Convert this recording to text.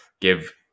give